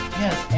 yes